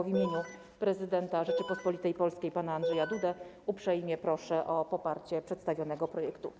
W imieniu prezydenta Rzeczypospolitej Polskiej pana Andrzeja Dudy uprzejmie proszę o poparcie przedstawionego projektu.